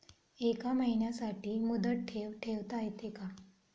एका महिन्यासाठी मुदत ठेव ठेवता येते का?